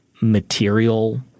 material